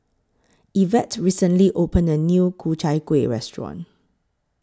Evette recently opened A New Ku Chai Kuih Restaurant